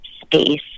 space